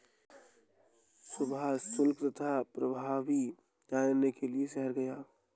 सुभाष शुल्क तथा प्रभावी जानने के लिए शहर गया